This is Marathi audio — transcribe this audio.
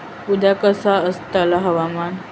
उद्या कसा आसतला हवामान?